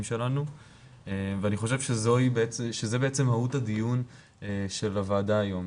שלנו ואני חושב שזה בעצם מהות הדיון של הוועדה היום.